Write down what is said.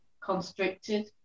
constricted